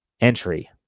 entry